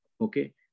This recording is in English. Okay